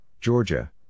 Georgia